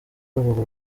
bavuga